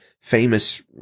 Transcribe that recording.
famous